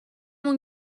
اون